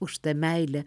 už tą meilę